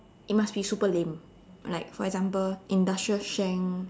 it must be super lame like for example industrial strength